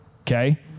Okay